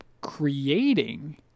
creating